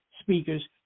speakers